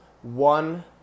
One